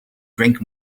drink